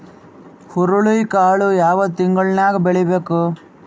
ಹುರುಳಿಕಾಳು ಯಾವ ತಿಂಗಳು ನ್ಯಾಗ್ ಬೆಳಿಬೇಕು?